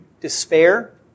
despair